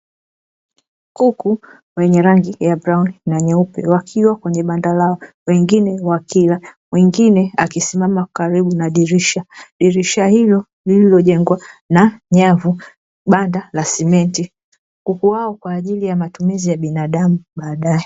Kuku wenye rangi ya brauni na nyeupe wakiwa kwenye banda lao wengine wakila mwingine akisimama karibu na dirisha, dirisha hilo lililojengwa na nyavu banda la simenti kuku hao kwa ajili ya matumizi ya binadamu baadae.